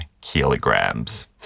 kilograms